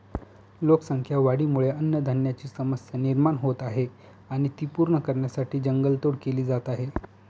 लोकसंख्या वाढीमुळे अन्नधान्याची समस्या निर्माण होत आहे आणि ती पूर्ण करण्यासाठी जंगल तोड केली जात आहे